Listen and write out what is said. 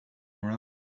around